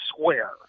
square